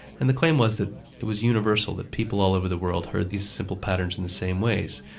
and the claim was that it was universal that people all over the world heard these simple patterns in the same ways.